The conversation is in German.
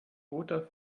roter